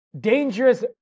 dangerous